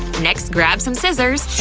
next, grab some scissors.